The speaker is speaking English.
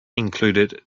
included